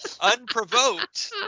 Unprovoked